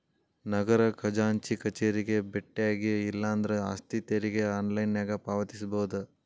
ನಗರ ಖಜಾಂಚಿ ಕಚೇರಿಗೆ ಬೆಟ್ಟ್ಯಾಗಿ ಇಲ್ಲಾಂದ್ರ ಆಸ್ತಿ ತೆರಿಗೆ ಆನ್ಲೈನ್ನ್ಯಾಗ ಪಾವತಿಸಬೋದ